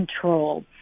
control